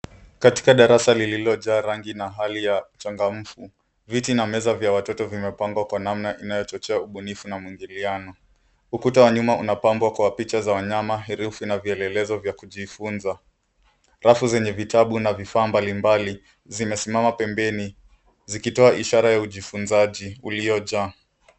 Katika darasa lililojaa rangi na hali ya changamfu, viti na meza vya watoto vimepangwa kwa namna inayochochea ubunifu na mwingiliano. Ukuta wa nyuma unapambwa kwa picha za wanyama, herufi na vielelezo vya kujifunza. Rafu zenye vitabu na vifaa mbalimbali zimesimama pembeni zikitoa ishara ya ujifunzaji uliojaa.